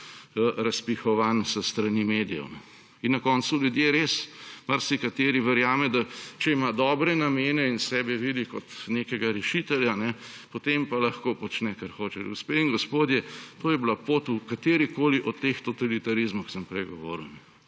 razpihovani s strani medijev. In na koncu ljudje, res, marsikateri verjame, da če ima dobre namene in sebe vidi kot nekega rešitelja, potem pa lahko počne, kar hoče. Gospe in gospodje, to je bila pot v katerikoli od teh totalitarizmov, o katerih sem prej govoril.